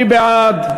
מי בעד?